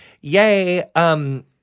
yay—